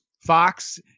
Fox